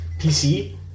PC